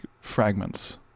fragments